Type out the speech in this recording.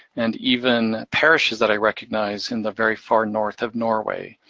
and even parishes that i recognize in the very far north of norway.